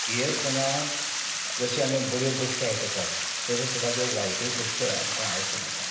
इयरफोनाक जश्यो आमी बऱ्यो गोश्टी आयकतात तश्यो ताच्यो वायटूय गोश्टी आयकूंक येतात